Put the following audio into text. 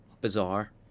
bizarre